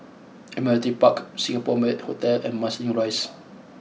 Admiralty Park Singapore Marriott Hotel and Marsiling Rise